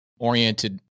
oriented